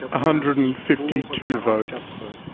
ah hundred and fifty two votes,